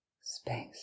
space